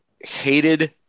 hated